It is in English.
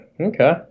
Okay